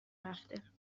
رفته